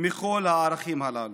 מכל הערכים הללו.